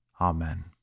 Amen